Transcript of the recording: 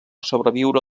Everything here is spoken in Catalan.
sobreviure